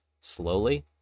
slowly